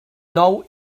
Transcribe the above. nou